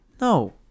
No